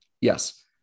yes